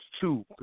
two